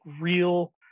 real